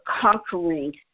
conquering